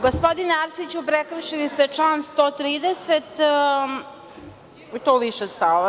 Gospodine Arsiću, prekršili ste član 130. i to više stavova.